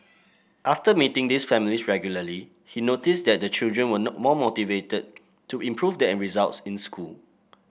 after meeting these families regularly he noticed that the children were not more motivated to improve their results in school